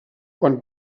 quan